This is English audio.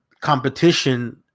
competition